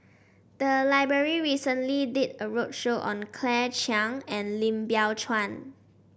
the library recently did a roadshow on Claire Chiang and Lim Biow Chuan